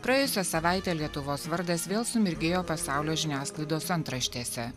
praėjusią savaitę lietuvos vardas vėl sumirgėjo pasaulio žiniasklaidos antraštėse